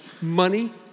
money